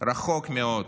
רחוק מאוד